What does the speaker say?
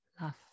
love